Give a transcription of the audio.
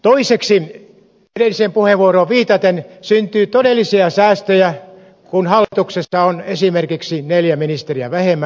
toiseksi edelliseen puheenvuoroon viitaten syntyy todellisia säästöjä kun hallituksessa on esimerkiksi neljä ministeriä vähemmän